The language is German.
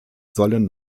sollen